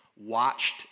watched